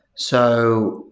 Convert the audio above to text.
so,